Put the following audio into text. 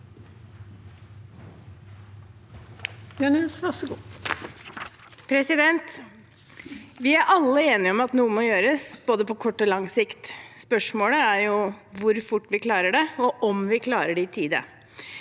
Vi er alle enige om at noe må gjøres på både kort og lang sikt. Spørsmålet er hvor fort vi klarer det, og om vi klarer det i tide.